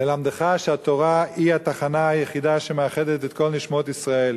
ללמדך שהתורה היא התחנה היחידה שמאחדת את כל נשמות ישראל.